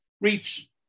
reach